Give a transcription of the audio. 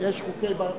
כבוד שר